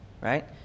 right